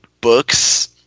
books